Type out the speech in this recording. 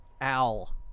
Owl